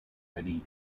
ready